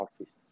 Office